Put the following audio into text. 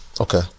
Okay